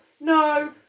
no